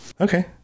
Okay